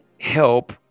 help